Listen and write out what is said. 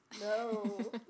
No